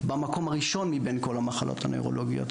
במקום הראשון מבין כל המחלות הנוירולוגיות